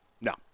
no